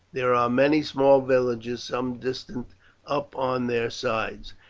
there are many small villages some distance up on their sides,